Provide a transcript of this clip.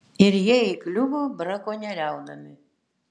ir jie įkliuvo brakonieriaudami